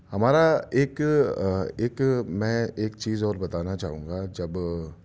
ہمارا ایک ایک میں ایک چیز اور بتانا چاہوں گا جب